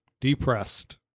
depressed